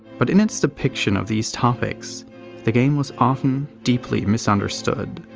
but in its depiction of these topics the game was often deeply misunderstood,